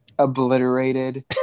obliterated